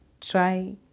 try